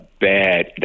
bad